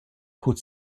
code